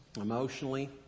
emotionally